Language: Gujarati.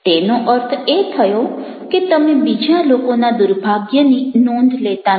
તેનો અર્થ એ થયો કે તમે બીજા લોકોના દુર્ભાગ્યની નોંધ લેતા નથી